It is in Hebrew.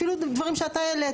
אפילו דברים שאתה דיברת.